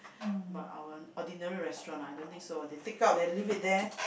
but our ordinary restaurant I don't think so they take out then leave it there